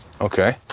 Okay